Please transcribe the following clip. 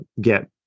get